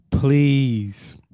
please